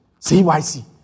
CYC